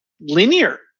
linear